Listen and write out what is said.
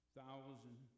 thousand